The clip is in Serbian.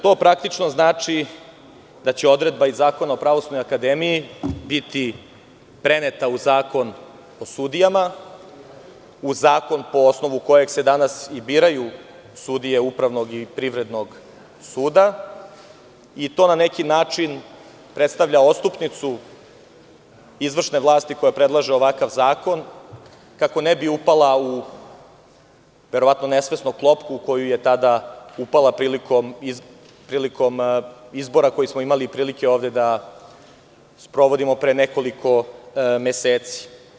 To praktično znači da će odredba iz Zakona o Pravosudnoj akademiji biti preneta u Zakon o sudijama, u zakon po osnovu kojeg se danas i biraju sudije Upravnog i Privrednog suda i to na neki način predstavlja odstupnicu izvršne vlasti koja predlaže ovakav zakon, kako ne bi upala verovatno nesvesno u klopku u koju je tada upala, prilikom izbora koji smo imali prilike ovde da sprovodimo pre nekoliko meseci.